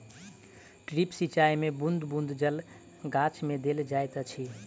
drip सिचाई मे बूँद बूँद जल गाछ मे देल जाइत अछि